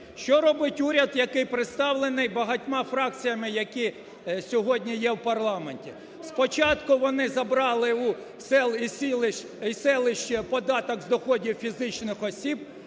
Що робить уряд, який представлений багатьма фракціями, які сьогодні є в парламенті? Спочатку вони забрали у сіл і селищ податок з доходів фізичних осіб,